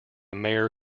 mayor